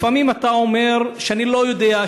לפעמים אתה אומר שאני לא יודע,